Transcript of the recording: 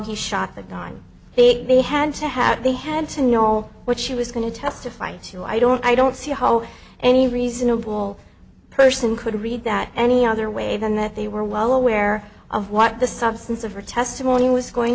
he shot the gun big they had to have they had to know what she was going to testify to i don't i don't see how any reasonable person could read that any other way than that they were well aware of what the substance of her testimony was going